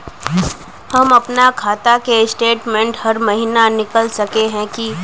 हम अपना खाता के स्टेटमेंट हर महीना निकल सके है की?